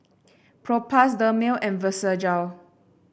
Propass Dermale and Vagisil